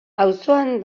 auzoan